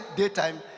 daytime